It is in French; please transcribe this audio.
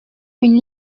une